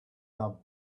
not